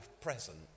present